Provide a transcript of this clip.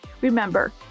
Remember